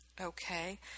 Okay